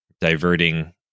diverting